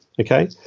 Okay